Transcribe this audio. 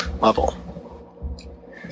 level